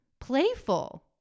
playful